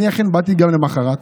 באתי גם למוחרת,